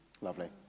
Lovely